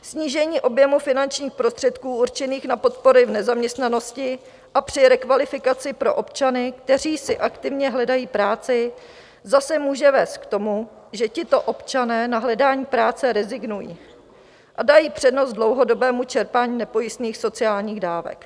Snížení objemu finančních prostředků určených na podpory v nezaměstnanosti a při rekvalifikaci pro občany, kteří si aktivně hledají práci, zase může vést k tomu, že tito občané na hledání práce rezignují a dají přednost dlouhodobému čerpání nepojistných sociálních dávek.